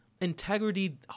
Integrity